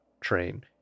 train